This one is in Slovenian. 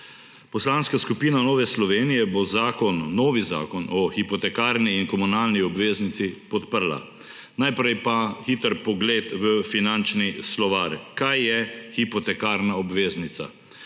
Poslanska skupina Nove Slovenije bo zakon – novi zakon – o hipotekarni in komunalni obveznici podprla. Najprej pa hiter pogled v finančni slovar, kaj je hipotekarna obveznica.